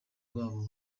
babo